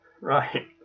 Right